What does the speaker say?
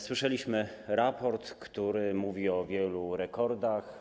Słyszeliśmy raport, który mówi o wielu rekordach.